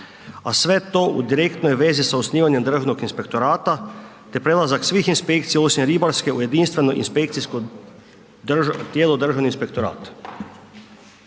a sve to u direktnoj vezi sa osnivanjem Državnog inspektorata, te prelazak svih inspekcija, osim ribarske u jedinstveno inspekcijsko tijelo Državni inspektorat.